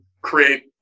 create